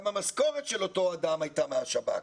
גם המשכורת של אותו אדם הייתה מהשב"כ.